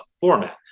format